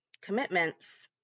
commitments